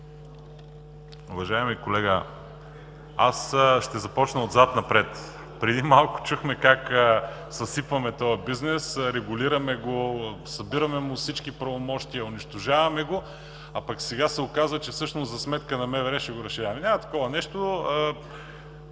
Уважаеми колега, аз ще започна отзад-напред. Преди малко чухме как съсипваме този бизнес, регулираме го, събираме му всички правомощия, унищожаваме го, а пък сега се оказа, че всъщност за сметка на МВР ще го разширяваме. Няма такова нещо.